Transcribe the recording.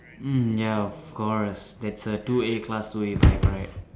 mm ya of course that's a two a class two a bike right